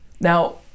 Now